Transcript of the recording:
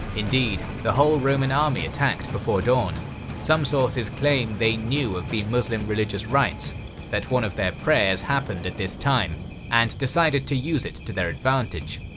indeed, the whole roman army attacked before dawn some sources claim that they knew of the muslim religious rites that one of their prayers happened at this time and decided to use it to their advantage.